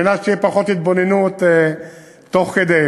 על מנת שתהיה פחות התבוננות תוך כדי.